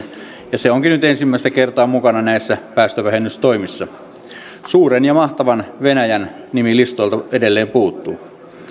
ja se onkin nyt ensimmäistä kertaa mukana näissä päästövähennystoimissa suuren ja mahtavan venäjän nimi listoilta edelleen puuttuu